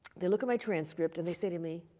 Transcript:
they look at my transcript, and they say to me,